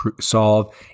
solve